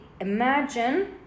imagine